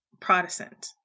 Protestant